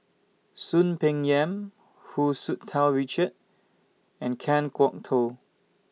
Soon Peng Yam Hu Tsu Tau Richard and Kan Kwok Toh